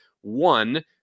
One